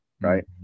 Right